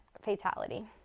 fatality